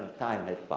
time has